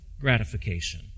gratification